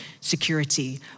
security